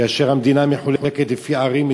כאשר המדינה מחולקת לפי ערים,